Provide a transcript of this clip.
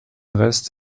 rest